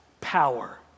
power